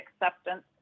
acceptance